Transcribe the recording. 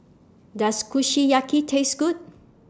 Does Kushiyaki Taste Good